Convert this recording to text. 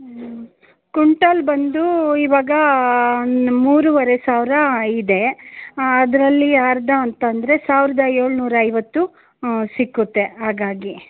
ಹ್ಞೂ ಕುಂಟಾಲ್ ಬಂದು ಇವಾಗ ಒಂದು ಮೂರುವರೆ ಸಾವಿರ ಇದೆ ಅದರಲ್ಲಿ ಅರ್ಧ ಅಂತಂದರೆ ಸಾವಿರದ ಏಳ್ನೂರ ಐವತ್ತು ಸಿಕ್ಕುತ್ತೆ ಹಾಗಾಗಿ